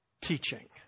teaching